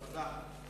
תודה.